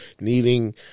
needing